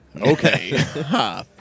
Okay